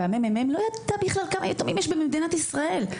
הממ"מ לא ידע בכלל כמה יתומים יש במדינת ישראל.